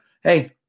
Hey